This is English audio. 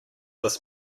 this